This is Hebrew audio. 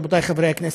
רבותיי חברי הכנסת,